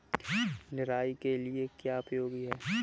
निराई के लिए क्या उपयोगी है?